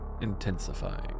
intensifying